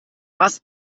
hast